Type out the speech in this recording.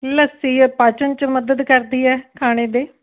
ਲੱਸੀ ਪਾਚਨ 'ਚ ਮਦਦ ਕਰਦੀ ਹੈ ਖਾਣੇ ਦੇ